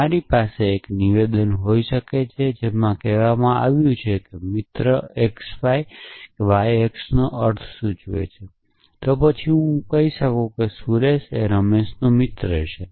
તમારી પાસે એક નિવેદન હોઈ શકે છે જેમાં કહેવામાં આવ્યું છે કે મિત્ર xy yx નો અર્થ સૂચવે છે તો પછી હું કહી શકું કે સુરેશ રમેશનો મિત્ર છે